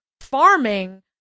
farming